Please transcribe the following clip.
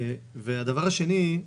הדבר השני,